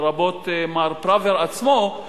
לרבות מר פראוור עצמו,